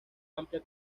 amplia